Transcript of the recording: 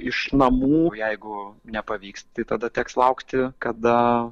iš namų jeigu nepavyks tai tada teks laukti kada